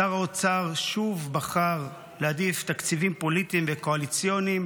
שר האוצר שוב בחר להעדיף תקציבים פוליטיים וקואליציוניים